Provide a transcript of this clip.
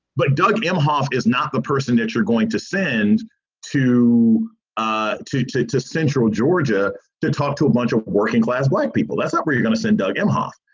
but doug imhoff is not the person that you're going to send to ah to to to central georgia to talk to a bunch of working class black people. that's not where you're going to send doug imhoff.